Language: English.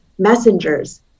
messengers